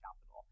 capital